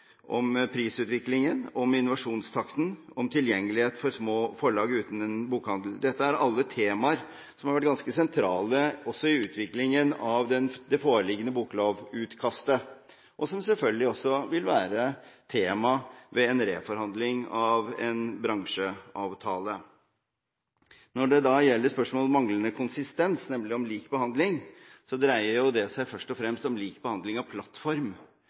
om prisutviklingen, om innovasjonstakten, om tilgjengelighet for små forlag uten en bokhandel. Dette er alle temaer som har vært ganske sentrale i utviklingen av det foreliggende boklovutkastet, og som selvfølgelig også vil være tema ved en reforhandling av en bransjeavtale. Når det gjelder spørsmålet om manglende konsistens – nemlig om lik behandling – dreier det seg først og fremst om lik behandling av plattform.